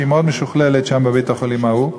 שהיא מאוד משוכללת שם בבית-החולים ההוא.